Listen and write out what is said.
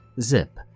Zip